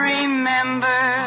Remember